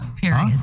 Period